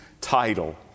title